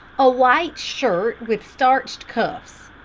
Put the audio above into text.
a white shirt with starched cuffs.